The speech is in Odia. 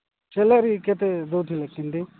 ସାଲାରୀ କେତେ ଦଉଥିଲେ କେମିତି